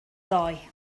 ddoe